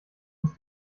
muss